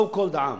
so called העם.